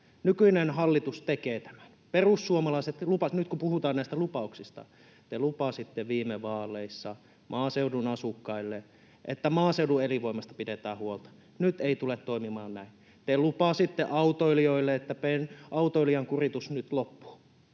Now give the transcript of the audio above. Nykyinen hallitus tekee tämän. Perussuomalaiset — nyt kun puhutaan näistä lupauksista — te lupasitte viime vaaleissa maaseudun asukkaille, että maaseudun elinvoimasta pidetään huolta. Nyt ei tule toimimaan näin. Te lupasitte autoilijoille, että autoilijan kuritus nyt loppuu.